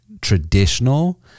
traditional